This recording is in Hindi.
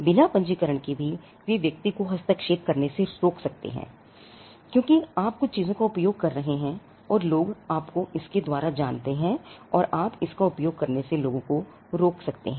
बिना पंजीकरण के भी वे किसी व्यक्ति को हस्तक्षेप करने से रोक सकते हैं क्योंकि आप कुछ चीजों का उपयोग कर रहे हैं और लोग आपको इसके द्वारा जानते हैं और आप इसका उपयोग करने से लोगों को रोक सकते हैं